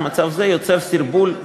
אך מצב זה יוצר סרבול,